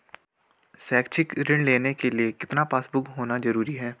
शैक्षिक ऋण लेने के लिए कितना पासबुक होना जरूरी है?